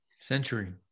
century